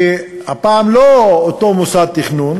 שהפעם לא אותו מוסד תכנון,